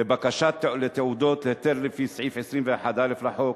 לבקשה לתעודת היתר לפי סעיף 21א לחוק,